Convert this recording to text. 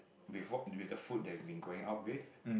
with with the food that we've been growing up with